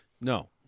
No